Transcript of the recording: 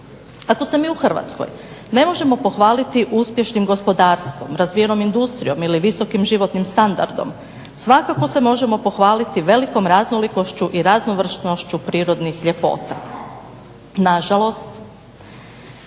Ako se mi u Hrvatskoj ne možemo pohvaliti uspješnih gospodarstvom, razvijenom industrijom ili visokim životnim standardom svakako se možemo pohvaliti velikom raznolikošću i raznovrsnošću prirodnih ljepota. Na žalost,